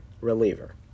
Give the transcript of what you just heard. reliever